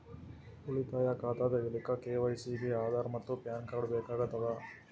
ಉಳಿತಾಯ ಖಾತಾ ತಗಿಲಿಕ್ಕ ಕೆ.ವೈ.ಸಿ ಗೆ ಆಧಾರ್ ಮತ್ತು ಪ್ಯಾನ್ ಕಾರ್ಡ್ ಬೇಕಾಗತದ